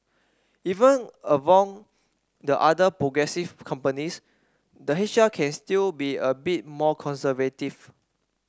even among the another progressive companies the H R can still be a bit more conservative